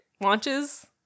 launches